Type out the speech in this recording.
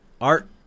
art